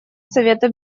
совета